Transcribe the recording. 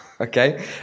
Okay